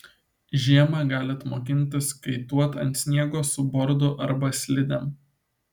žiemą galit mokintis kaituot ant sniego su bordu arba slidėm